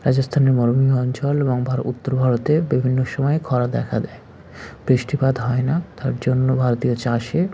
রাজস্থানের মরুভূমি অঞ্চল এবং ভার উত্তর ভারতে বিভিন্ন সময় খরা দেখা দেয় বৃষ্টিপাত হয় না তার জন্য ভারতীয় চাষের